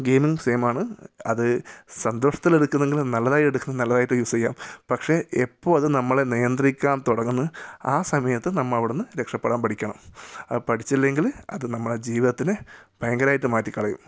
ഗെയിമും സെയിം ആണ് അത് സന്തോഷത്തിൽ എടുക്കുന്നെങ്കിൽ നല്ലതായി എടുക്കണം നല്ലതായിട്ട് യൂസ് ചെയ്യാം പക്ഷേ എപ്പോൾ അത് നമ്മളെ നിയന്ത്രിക്കാൻ തുടങ്ങുന്നു ആ സമയത്ത് നമ്മൾ അവിടുന്ന് രക്ഷപ്പെടാൻ പഠിക്കണം ആ പഠിച്ചില്ലെങ്കിൽ അത് നമ്മുടെ ജീവിതത്തിനെ ഭയങ്കരമായിട്ട് മാറ്റിക്കളയും